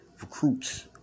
recruits